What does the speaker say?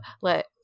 let